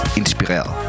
inspireret